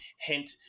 hint